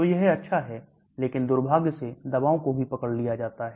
तो यह अच्छा है लेकिन दुर्भाग्य से दवाओं को भी पकड़ लिया जाता है